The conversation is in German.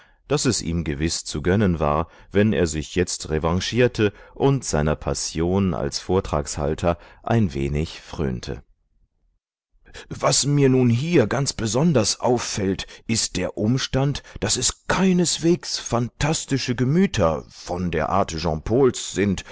daß es ihm gewiß zu gönnen war wenn er sich jetzt revanchierte und seiner passion als vortragshalter ein wenig frönte was mir nun hier ganz besonders auffällt ist der umstand daß es keineswegs phantastische gemüter von der art jean pauls sind